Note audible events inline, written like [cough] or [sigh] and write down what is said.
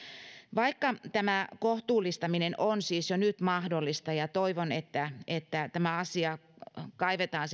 vaikka tämä kohtuullistaminen on siis jo nyt mahdollista ja toivon että että tämä asia kaivetaan [unintelligible]